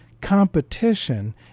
competition